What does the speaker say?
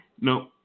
No